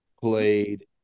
played